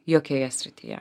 jokioje srityje